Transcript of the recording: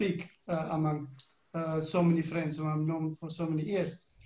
הצעת החוק הזו וגם עוד חוקים שיפגעו בישראל.